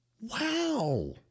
Wow